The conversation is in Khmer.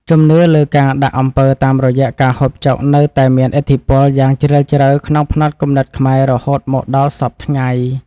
ជំនឿលើការដាក់អំពើតាមរយៈការហូបចុកនៅតែមានឥទ្ធិពលយ៉ាងជ្រាលជ្រៅក្នុងផ្នត់គំនិតខ្មែររហូតមកដល់សព្វថ្ងៃ។